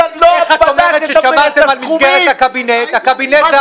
אין לבריאות, אין לקשישים, ויש למטוס.